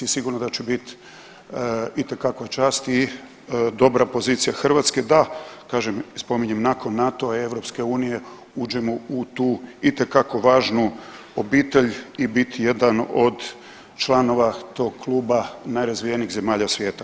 Sigurno da će biti itekako čast i dobra pozicija Hrvatske da kažem i spominjem nakon NATO-a i EU uđemo u tu itekako važnu obitelj i biti jedan od članova tog kluba najrazvijenijih zemalja svijeta.